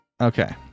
Okay